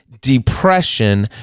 depression